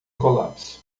colapso